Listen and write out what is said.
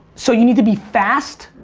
so you need to be fast.